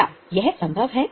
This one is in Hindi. क्या यह संभव है